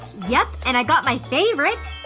yep, and i got my favorite.